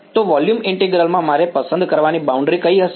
તો volume integral માં મારે પસંદ કરવાની બાઉન્ડ્રી કઈ હશે